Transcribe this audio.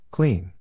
Clean